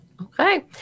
Okay